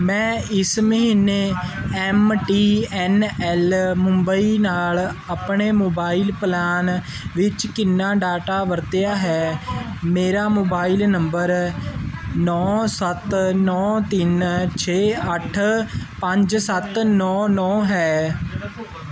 ਮੈਂ ਇਸ ਮਹੀਨੇ M T N L Mumbai ਨਾਲ ਆਪਣੇ ਮੋਬਾਈਲ ਪਲਾਨ ਵਿੱਚ ਕਿੰਨਾ ਡਾਟਾ ਵਰਤਿਆ ਹੈ ਮੇਰਾ ਮੋਬਾਈਲ ਨੰਬਰ ਨੌ ਸੱਤ ਨੌ ਤਿੰਨ ਛੇ ਅੱਠ ਪੰਜ ਸੱਤ ਨੌ ਨੌ ਹੈ